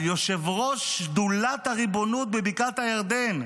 על יושב-ראש שדולת הריבונות בבקעת הירדן,